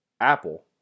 Apple